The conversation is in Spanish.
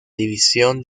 división